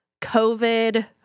COVID